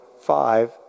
five